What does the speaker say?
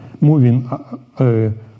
moving